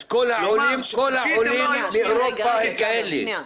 אז כל העולים מאירופה הם כאלה.